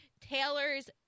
Taylor's